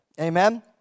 Amen